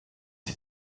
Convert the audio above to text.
sie